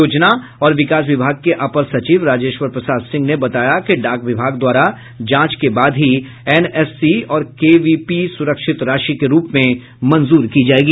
योजना और विकास विभाग के अपर सचिव राजेश्वर प्रसाद सिंह ने बताया कि डाक विभाग द्वारा जांच के बाद ही एनएससी और केवीपी सुरक्षित राशि के रूप में मंजूर की जायेगी